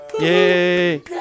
Yay